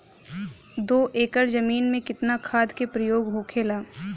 दो एकड़ जमीन में कितना खाद के प्रयोग होखेला?